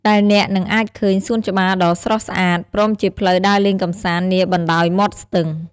ដែលអ្នកនឹងអាចឃើញសួនច្បារដ៏ស្រស់ស្អាត ព្រមជាផ្លូវដើរលេងកម្សាន្តនាបណ្តោយមាត់ស្ទឹង។